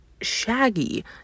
Shaggy